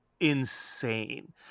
insane